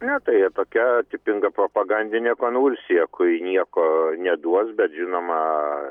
ne tai tokia tipinga propagandinė konvulsija kuri nieko neduos bet žinoma